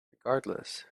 regardless